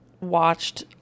watched